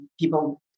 people